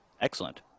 Excellent